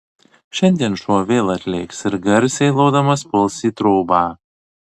šiandien šuo vėl atlėks ir garsiai lodamas puls į trobą